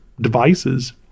devices